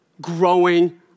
growing